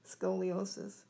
scoliosis